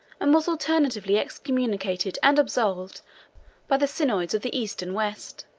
and was alternately excommunicated and absolved by the synods of the east and west.